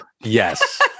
yes